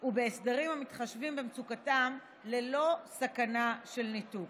ובהסדרים המתחשבים במצוקתם ללא סכנה של ניתוק.